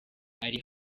hari